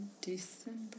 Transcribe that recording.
December